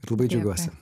labai džiaugiuosi